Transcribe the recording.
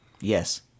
Yes